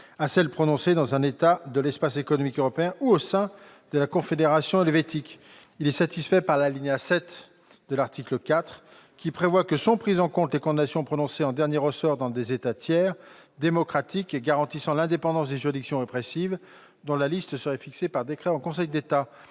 à celles prononcées dans un État de l'Espace économique européen ou au sein de la Confédération helvétique. Il est satisfait par l'alinéa 7 de l'article 4, qui prévoit que sont prises en compte les condamnations prononcées en dernier ressort dans des États tiers, démocratiques et garantissant l'indépendance des juridictions répressives, dont la liste serait fixée par décret en Conseil d'État.